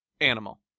Animal